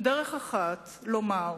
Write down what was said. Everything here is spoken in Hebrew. דרך אחת לומר: